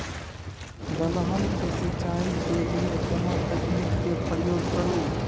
दलहन के सिंचाई के लिए केना तकनीक के प्रयोग करू?